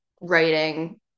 writing